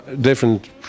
different